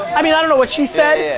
i mean i don't know what she said.